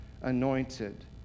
anointed